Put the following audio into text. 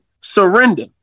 surrender